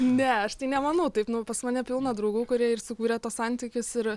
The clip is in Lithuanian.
ne aš tai nemanau taip nu pas mane pilna draugų kurie ir sukūrė tuos santykius ir